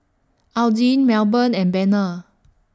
Adline Melbourne and Bena